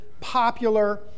popular